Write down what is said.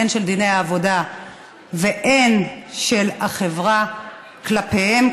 הן של דיני העבודה והן של החברה כלפיהן,